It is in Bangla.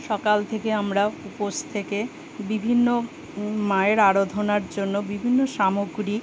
সকাল থেকে আমরা উপোস থেকে বিভিন্ন মায়ের আরাধনার জন্য বিভিন্ন সামগ্রী